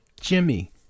jimmy